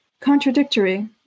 contradictory